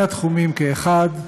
לשני התחומים כאחד,